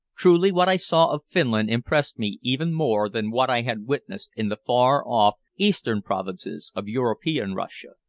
truly what i saw of finland impressed me even more than what i had witnessed in the far-off eastern provinces of european russia.